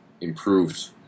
improved